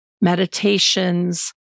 meditations